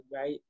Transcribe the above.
Right